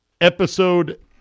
episode